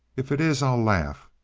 if it is, i'll laugh.